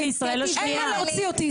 אין מה להוציא אותי.